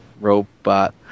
robot